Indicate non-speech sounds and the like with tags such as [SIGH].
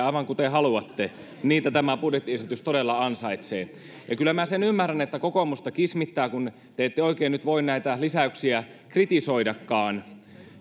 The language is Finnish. [UNINTELLIGIBLE] aivan kuten haluatte niitä tämä budjettiesitys todella ansaitsee ja kyllä minä sen ymmärrän että kokoomusta kismittää kun te ette oikein nyt voi näitä lisäyksiä kritisoidakaan